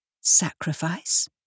Sacrifice